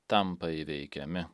tampa įveikiami